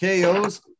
KOs